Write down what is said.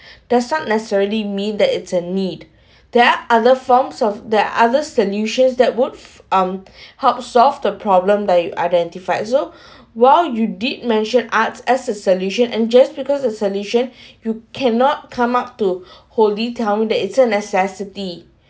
does not necessarily mean that it's a need that are other forms of the other solutions that would um help solve the problem that you identified so while you did mention arts as a solution and just because a solution you cannot come up to holy tell me that it's a necessity